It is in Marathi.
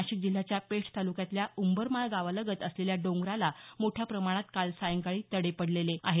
नाशिक जिल्ह्याच्या पेठ तालुक्यातल्या उंबरमाळ गावालगत असलेल्या डोंगराला मोठ्या प्रमाणात काल सायंकाळी तडे पडलेले आहेत